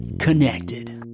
connected